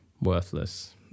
worthless